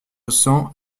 cents